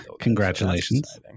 congratulations